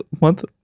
month